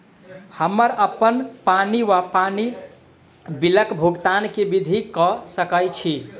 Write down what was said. हम्मर अप्पन पानि वा पानि बिलक भुगतान केँ विधि कऽ सकय छी?